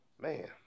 man